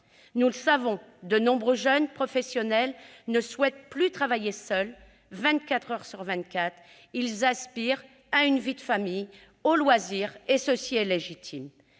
Nous le savons, de nombreux jeunes professionnels ne souhaitent plus travailler seuls 24 heures sur 24. Ils aspirent à une vie de famille et aux loisirs, ce qui est légitime.